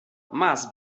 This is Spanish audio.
más